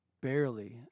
barely